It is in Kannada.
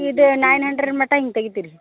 ಇದು ನೈನ್ ಹಂಡ್ರೆಡ್ ಮಟ್ಟ ಹಿಂಗ್ ತೆಗಿತೀರಿ